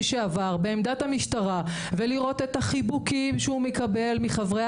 שעבר בעמדת המשטרה ולראות את החיבוקים שהוא מקבל מחברי